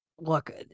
Look